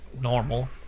normal